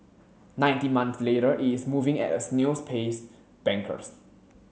nineteen months later it's moving at a snail's pace bankers